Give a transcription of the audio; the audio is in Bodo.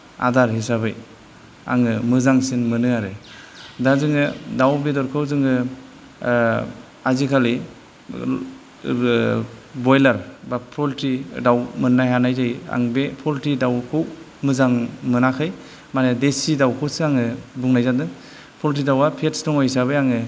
आदार हिसाबै आङो मोजांसिन मोनो आरो दा जोङो दाउ बेदरखौ जोङो आजिखालि ब्रइलार बा पलट्रि दाउ मोननो हानाय जायो आं बे पलट्रि दाउखौ मोजां मोनाखै माने देसि दाउखौसो आङो बुंनाय जादों पलट्रि दाउआ फेट्स दङ हिसाबै आङो